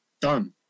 Done